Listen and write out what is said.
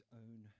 own